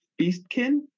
beastkin